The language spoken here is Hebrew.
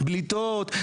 בליטות,